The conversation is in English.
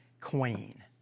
queen